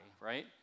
right